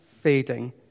fading